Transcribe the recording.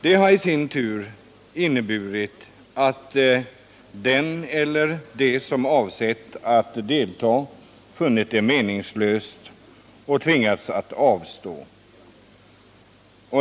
Det har i sin tur inneburit att den eller de som avsett att delta funnit det meningslöst och tvingats att avstå.